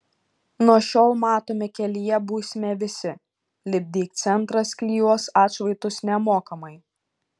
nuo šiol matomi kelyje būsime visi lipdyk centras klijuos atšvaitus nemokamai